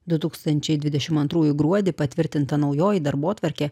du tūkstančiai dvidešimt antrųjų gruodį patvirtinta naujoji darbotvarkė